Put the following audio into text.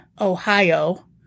Ohio